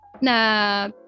Na